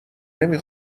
نمی